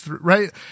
right